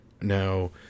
Now